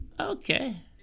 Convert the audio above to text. Okay